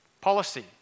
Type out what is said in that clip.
policy